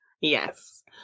Yes